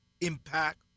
impact